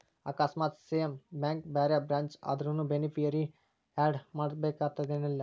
ಆಕಸ್ಮಾತ್ same bank ಬ್ಯಾರೆ branch ಆದ್ರುನೂ ಬೆನಿಫಿಸಿಯರಿ ಆಡ್ ಮಾಡಬೇಕನ್ತೆನಿಲ್ಲಾ